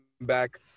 back